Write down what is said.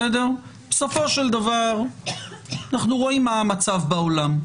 בסופו של דבר אנחנו רואים מה המצב בעולם.